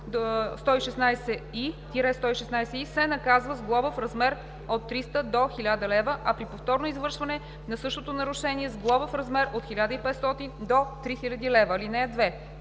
115 – 116и се наказва с глоба в размер от 300 до 1000 лв., а при повторно извършване на същото нарушение – с глоба в размер от 1500 до 3000 лв. (2)